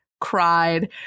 cried